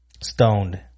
stoned